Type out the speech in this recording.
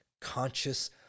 conscious